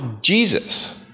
Jesus